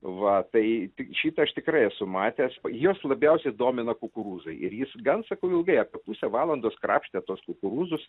va tai ti šitą aš tikrai esu matęs juos labiausiai domina kukurūzai ir jis gan sakau ilgai apie pusę valandos krapštė tuos kukurūzus